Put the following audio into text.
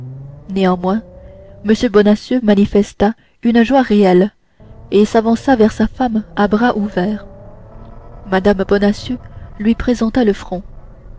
néanmoins m bonacieux manifesta une joie réelle et s'avança vers sa femme à bras ouverts mme bonacieux lui présenta le front